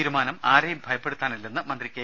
തീരു മാനം ആരെയും ഭയപ്പെടുത്താന ല്ലെന്ന് മന്ത്രി കെ